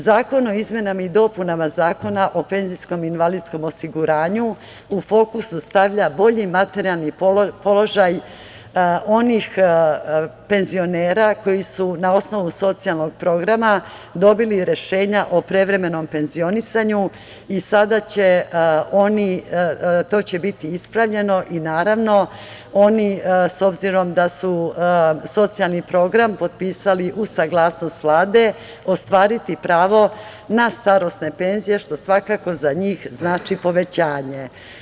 Zakon o izmenama i dopunama Zakona o PIO u fokus stavlja bolji materijalni položaj onih penzionera koji su na osnovu socijalnog programa dobili rešenja o prevremenom penzionisanju i sada će to biti ispravljeno i naravno oni, obzirom da su socijalni program potpisali uz saglasnost Vlade, ostvariti pravo na starosne penzije, što svakako za njih znači povećanje.